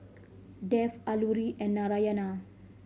Dev Alluri and Narayana